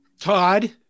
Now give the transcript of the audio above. Todd